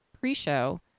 pre-show